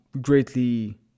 Greatly